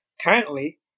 currently